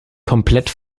komplett